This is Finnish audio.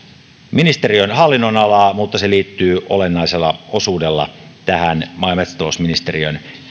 ministeriön hallinnonalaa mutta se liittyy olennaisella osuudella maa ja metsätalousministeriön